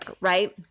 right